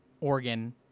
oregon